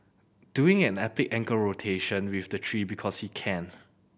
doing an epic ankle rotation with the tree because he can